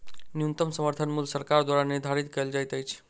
न्यूनतम समर्थन मूल्य सरकार द्वारा निधारित कयल जाइत अछि